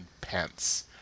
pence